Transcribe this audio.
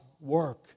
work